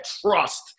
trust